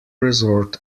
resort